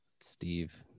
steve